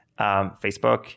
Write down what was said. Facebook